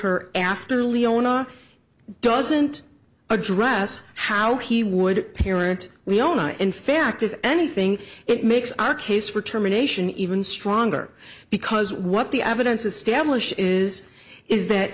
her after leona doesn't address how he would parent we own a in fact if anything it makes our case for terminations even stronger because what the evidence established is is that